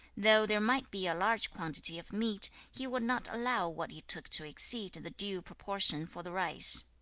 though there might be a large quantity of meat, he would not allow what he took to exceed the due proportion for the rice.